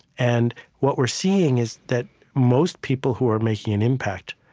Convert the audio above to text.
and what we're seeing is that most people who are making an impact,